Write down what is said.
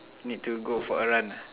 need to go for a run ah